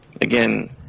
again